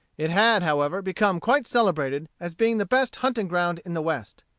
it had, however, become quite celebrated as being the best hunting-ground in the west.